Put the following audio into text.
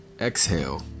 exhale